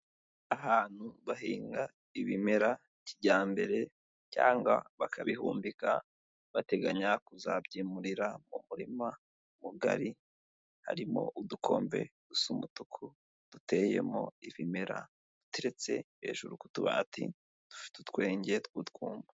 Ahantu bahinga ibimera kijyambere cyangwa bakabihumbika bateganya kuzabyimurira mu murima mugari, harimo udukombe dusa umutuku duteyemo ibimera, duteretse hejuru ku tubati, dufite utwenge tw'utwuma.